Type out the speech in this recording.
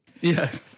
yes